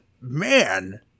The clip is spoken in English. man